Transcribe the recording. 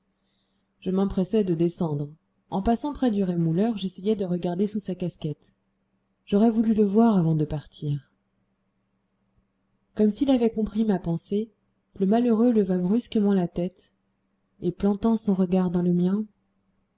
je m'empressai de descendre en passant près du rémouleur j'essayai de regarder sous sa casquette j'aurais voulu le voir avant de partir comme s'il avait compris ma pensée le malheureux leva brusquement la tête et plantant son regard dans le mien